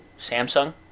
samsung